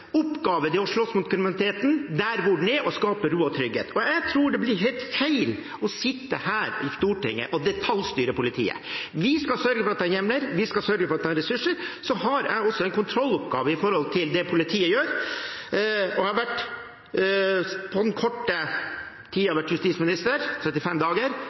oppgave, er å slåss mot kriminaliteten der den er, og skape ro og trygghet. Jeg tror det blir helt feil å sitte her i Stortinget og detaljstyre politiet. Vi skal sørge for at det er hjemler, vi skal sørge for at det er ressurser, og jeg har også en kontrolloppgave i forhold til det politiet gjør. Og på den korte tiden jeg har vært justisminister – 35 dager